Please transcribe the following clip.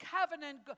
covenant